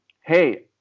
hey